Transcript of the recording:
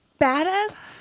badass